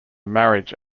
marriage